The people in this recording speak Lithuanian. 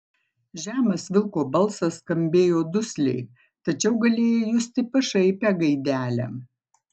žemas vilko balsas skambėjo dusliai tačiau galėjai justi pašaipią gaidelę